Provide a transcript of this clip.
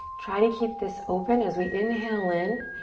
try to keep this open as we inhale in.